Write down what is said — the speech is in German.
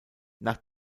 nach